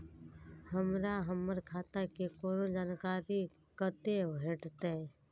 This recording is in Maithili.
हमरा हमर खाता के कोनो जानकारी कतै भेटतै?